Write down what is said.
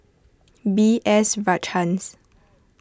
B S Rajhans